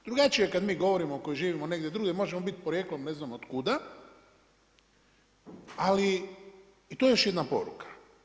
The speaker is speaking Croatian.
Drugačije je kada mi govorimo koji živimo negdje drugdje, možemo biti porijeklom ne znam otkuda ali i to je još jedna poruka.